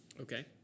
Okay